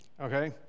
okay